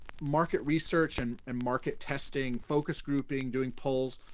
market research and and market testing, focus grouping, doing polls,